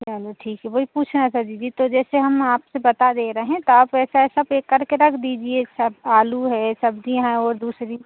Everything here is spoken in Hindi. चलो ठीक है वही पूछना था दीदी तो जैसे हम आपसे बता दे रहें तो आप ऐसा ऐसा पेक करके रख दीजिए सब आलू है सब्जियाँ हैं और दूसरी